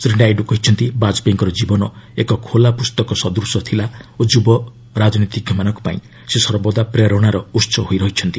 ଶ୍ରୀ ନାଇଡୁ କହିଛନ୍ତି ବାଜପେୟୀଙ୍କର ଜୀବନ ଏକ ଖୋଲା ପୁସ୍ତକ ସଦୂଶ ଥିଲା ଓ ଯୁବ ରାଜନୀତିଜ୍ଞମାନଙ୍କ ପାଇଁ ସେ ସର୍ବଦା ପ୍ରେରଣାର ଉହ ହୋଇ ରହିଛନ୍ତି